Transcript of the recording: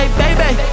baby